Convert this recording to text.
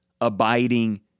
abiding